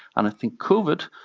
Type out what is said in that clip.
and i think covid,